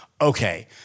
okay